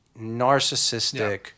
narcissistic